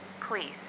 Please